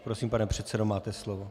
Prosím, pane předsedo, máte slovo.